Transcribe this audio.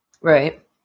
Right